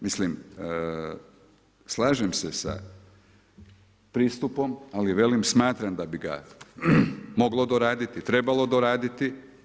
Mislim, slažem se sa pristupom, ali velim smatram da bi ga moglo doraditi, trebalo doraditi.